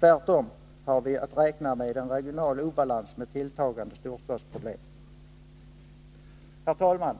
Tvärtom har vi att räkna med en regional obalans med tilltagande storstadsproblem. Herr talman!